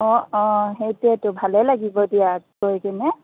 অ অ সেইটোৱেতো ভালে লাগিব দিয়া গৈকেনে